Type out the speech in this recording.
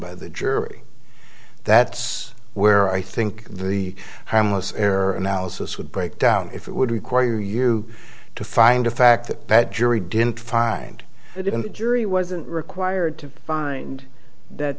by the jury that's where i think the harmless error analysis would break down if it would require you to find a fact that jury didn't find it in the jury wasn't required to find that